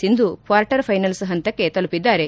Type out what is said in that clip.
Sindhu quarter finals ಹಂತಕ್ಷೆ ತಲುಪಿದ್ದಾರೆ